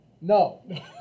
no